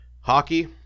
hockey